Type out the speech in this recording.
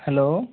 hello